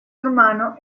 hermano